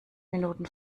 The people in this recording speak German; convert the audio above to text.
minuten